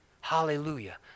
Hallelujah